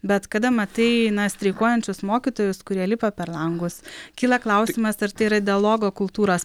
bet kada matai na streikuojančius mokytojus kurie lipa per langus kyla klausimas ar tai yra dialogo kultūros